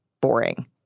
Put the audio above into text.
boring